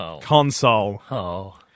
Console